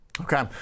okay